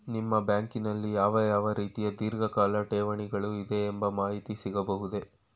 ನಿಮ್ಮ ಬ್ಯಾಂಕಿನಲ್ಲಿ ಯಾವ ಯಾವ ರೀತಿಯ ಧೀರ್ಘಕಾಲ ಠೇವಣಿಗಳು ಇದೆ ಎಂಬ ಮಾಹಿತಿ ಸಿಗಬಹುದೇ?